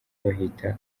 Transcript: bahita